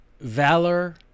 valor